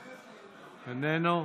איננו.